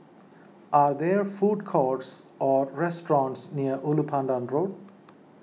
are there food courts or restaurants near Ulu Pandan Road